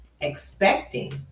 expecting